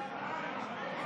ציון מקור חקיקה פרטית),